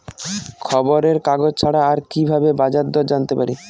খবরের কাগজ ছাড়া আর কি ভাবে বাজার দর জানতে পারি?